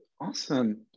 awesome